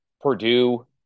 Purdue